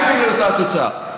יוביל לאותה תוצאה.